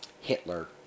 Hitler